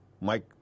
Mike